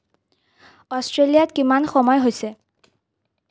অষ্ট্ৰেলিয়াত কিমান সময় হৈছে